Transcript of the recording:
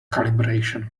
calibration